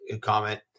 comment